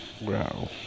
Wow